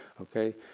Okay